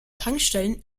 tankstellen